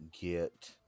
get